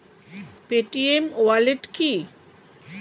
Paytm wallet কি?